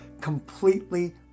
completely